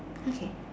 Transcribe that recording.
okay